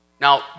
Now